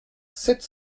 sept